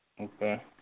Okay